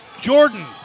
Jordan